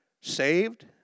saved